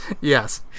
yes